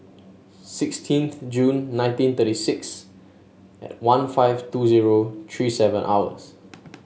sixteenth June nineteen thirty six one five two zero three seven hours